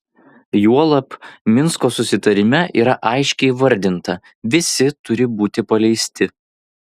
juolab minsko susitarime yra aiškiai įvardinta visi turi būti paleisti